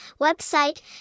website